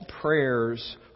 prayers